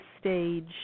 stage